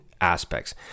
aspects